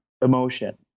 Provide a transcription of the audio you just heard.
emotion